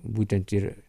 būtent ir